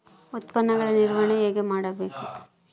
ಉತ್ಪನ್ನಗಳ ನಿರ್ವಹಣೆ ಹೇಗೆ ಮಾಡಬೇಕು?